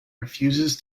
refuses